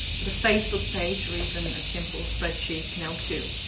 but a facebook page or even and a simple spreadsheet can help, too.